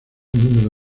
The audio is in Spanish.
número